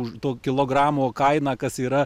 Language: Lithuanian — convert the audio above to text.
už to kilogramo kainą kas yra